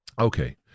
Okay